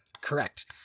Correct